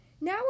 Now